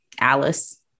Alice